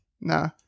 Nah